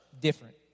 different